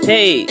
Hey